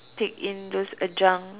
take in those adjunct